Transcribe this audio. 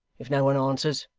if no one answers